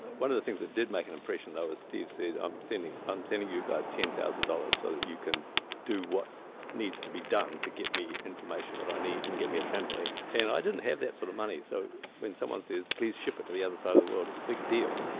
but one of the things that did make an impression though was steve said, i'm sending um sending you guys ten thousand dollars so that you can do what needs to be done to get me information that i need and get me a trampoline. and i didn't have that sort of money. so when someone says, please ship it to the other side of the world, it's a big deal.